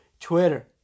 Twitter